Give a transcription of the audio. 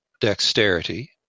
dexterity